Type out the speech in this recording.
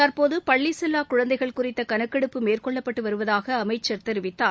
தற்போது பள்ளி செல்வா குழந்தைகள் குறித்த கணக்கெடுப்பு மேற்கொள்ளப்பட்டு வருவதாக அமைச்சர் தெரிவித்தார்